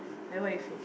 like what you feel